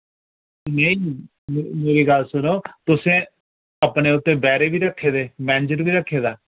नेईं मेरी गल्ल सुनो तुसें अपने उत्थे बैरे वि रक्खे दे मैनेजर वि रक्खे दा